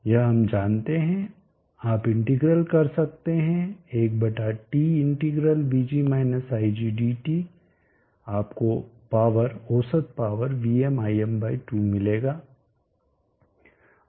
यह हम जानते हैं आप इंटीग्रल कर सकते हैं 1t integral vg ig dt आपको पावर औसत पावर VmIm2 मिलेगा